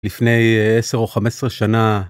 לפני 10 או 15 שנה.